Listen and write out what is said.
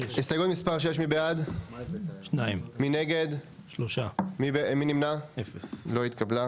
הסתייגות מספר 6. הצבעה בעד 2 נגד 3 נמנעים 0 ההסתייגות לא התקבלה.